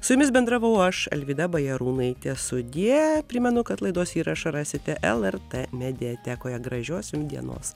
su jumis bendravau aš alvyda bajarūnaitė sudie primenu kad laidos įrašą rasite lrt mediatekoje gražiosios jum dienos